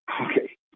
Okay